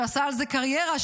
שעשה על זה קריירה,